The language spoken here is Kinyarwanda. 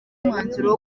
umwanzuro